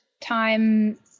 time